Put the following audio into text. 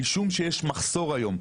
משום שיש מחסור היום,